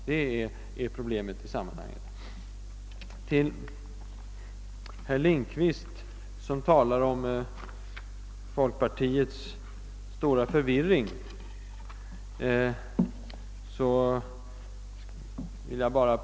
Jag vill bara göra ett påpekande för herr Lindkvist som talade om folkpartiets stora förvirring.